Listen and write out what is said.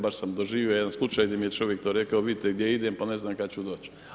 Baš sam doživio jedan slučaj gdje mi je čovjek to rekao – vidite gdje idem, pa ne znam kada ću doći.